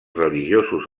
religiosos